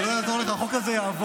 זה לא יעזור לך, החוק הזה יעבור,